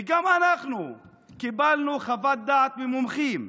וגם אנחנו קיבלנו חוות דעת ממומחים,